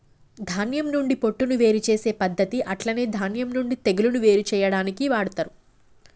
ధాన్యం నుండి పొట్టును వేరు చేసే పద్దతి అట్లనే ధాన్యం నుండి తెగులును వేరు చేయాడానికి వాడతరు